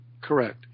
Correct